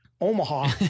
Omaha